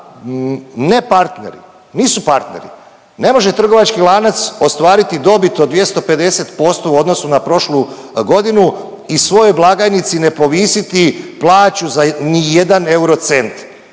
ne partneri, nisu partneri. Ne može trgovački lanac ostvariti dobit od 250% u odnosu na prošlu godinu i svojoj blagajnici ne povisiti plaću za ni jedan euro cent,